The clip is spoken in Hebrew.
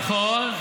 נכון.